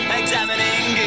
examining